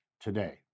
today